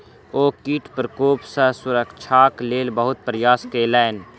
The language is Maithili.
ओ कीट प्रकोप सॅ सुरक्षाक लेल बहुत प्रयास केलैन